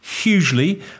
hugely